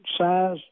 size